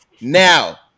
now